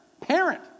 Parent